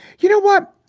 you know what?